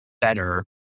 better